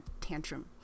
tantrum